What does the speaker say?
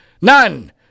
None